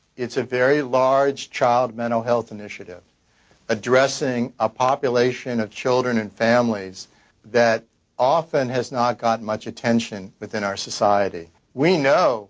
it's a very large child mental health initiative addressing a population of children and families that often have not got much attention within our society. we know